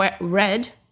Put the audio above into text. red